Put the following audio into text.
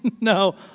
No